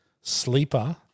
Sleeper